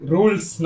Rules